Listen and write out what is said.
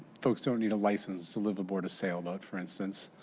folks don't need a license to live aboard a sailboat, for instance.